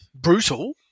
brutal